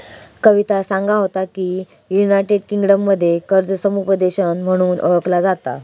कविता सांगा होता की, युनायटेड किंगडममध्ये कर्ज समुपदेशन म्हणून ओळखला जाता